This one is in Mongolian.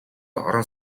орон